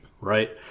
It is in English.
right